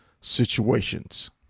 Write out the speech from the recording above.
situations